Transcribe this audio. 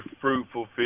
fruitful